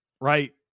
right